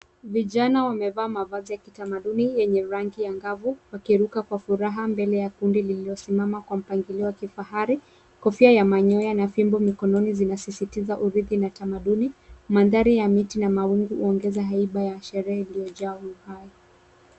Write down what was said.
Vijana wamevaa mavazi ya kitamaduni yenye rangi angavu, wakiruka kwa furaha mbele ya kundi lililosimama kwa mpangilio wa kifahari. Kofia ya manyoya na fimbo mikononi zinasisitiza uridhi na tamaduni. Mandhari ya miti na mawingu huongeza haiba ya sherehe iliyojaa